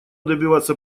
добиваться